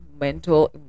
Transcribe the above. mental